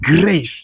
grace